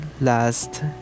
last